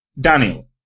Daniel